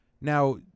Now